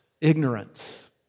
ignorance